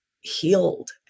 healed